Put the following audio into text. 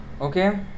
Okay